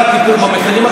לא היה טיפול במחירים.